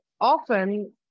often